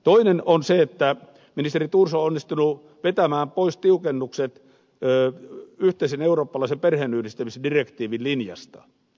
toinen asia on se että ministeri thors on onnistunut vetämään pois tiukennukset yhteisen eurooppalaisen perheenyhdistämisdirektiivin linjasta